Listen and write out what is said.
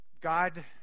God